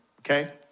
okay